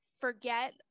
forget